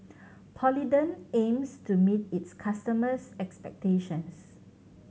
Polident aims to meet its customers' expectations